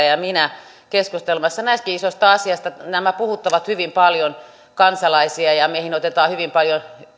ja minä keskustelemassa näinkin isosta asiasta nämä puhuttavat hyvin paljon kansalaisia ja meihin myöskin otetaan hyvin paljon